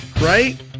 Right